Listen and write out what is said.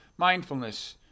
mindfulness